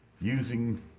using